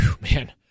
Man